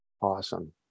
Awesome